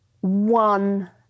one